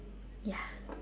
ya